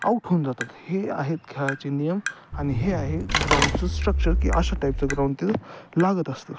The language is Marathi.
आऊट होऊन जातात हे आहेत खेळाचे नियम आणि हे आहे ग्राउंडचं स्ट्रक्चर की अशा टाईपचं ग्राउंड ते लागत असतं